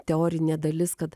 teorinė dalis kad